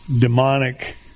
demonic